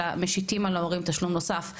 אלה משיתים על ההורים תשלום נוסף,